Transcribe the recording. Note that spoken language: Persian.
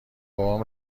بابام